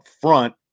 front